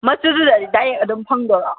ꯃꯆꯨꯗꯨꯗꯗꯤ direct ꯑꯗꯨꯝ ꯐꯪꯗꯧꯔꯣ